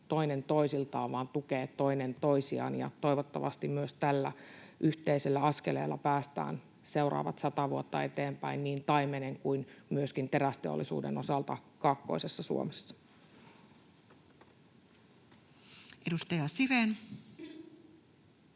toinen toisiltaan vaan tukevat toinen toisiaan. Toivottavasti myös tällä yhteisellä askeleella päästään seuraavat sata vuotta eteenpäin niin taimenen kuin myöskin terästeollisuuden osalta kaakkoisessa Suomessa. Edustaja Sirén.